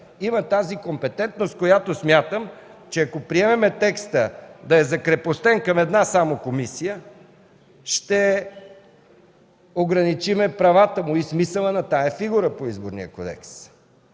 има тази компетентност, която смятам, че ако приемем текста да е закрепостен само към една комисия, ще ограничим правата и смисъла на тази фигура по Изборния кодекс.